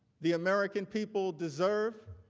the american people, deserve